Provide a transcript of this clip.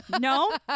No